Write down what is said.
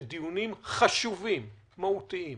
שדיונים חשובים ומהותיים,